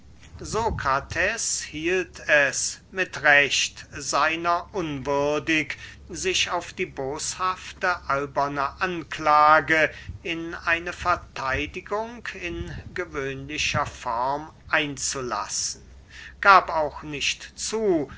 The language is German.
hielt es mit recht seiner unwürdig sich auf die boshaft alberne anklage in eine vertheidigung in gewöhnlicher form einzulassen gab auch nicht zu